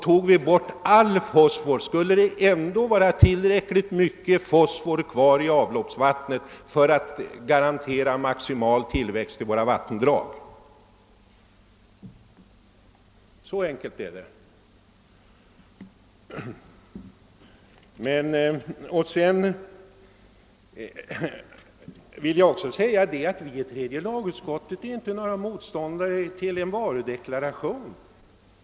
Tog vi bort all fosfor ur tvättmedlen, skulle det ändå vara tillräckligt mycket fosfor kvar i avloppsvattnet för att garantera maximal igenväxning av våra vattendrag. Så enkelt är det. Vi i tredje lagutskottet är inte några motståndare till en varudeklaration.